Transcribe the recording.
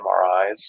MRIs